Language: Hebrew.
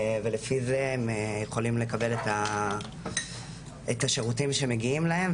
לפי זה הם יכולים לקבל את השירותים שמגיעים להם,